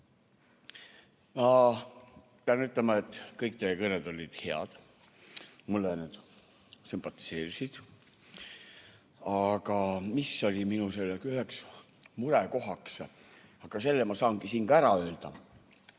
Ma pean ütlema, et kõik teie kõned olid head, mulle need sümpatiseerisid, aga mis oli minu üheks murekohaks, selle ma saangi siin ka ära öelda. Võtame